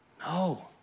No